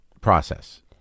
process